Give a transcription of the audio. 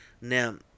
Now